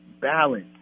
balance